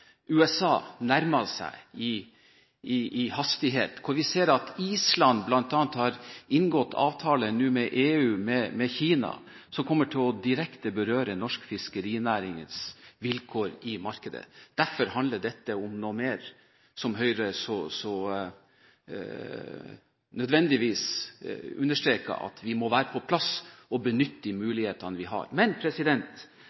USA nærmer seg hurtig, og hvor vi ser at Island bl.a. har inngått avtaler med EU og Kina, som direkte kommer til å berøre norsk fiskerinærings vilkår i markedet. Derfor handler dette om noe mer, og Høyre understreker at det er nødvendig at vi er på plass og benytter de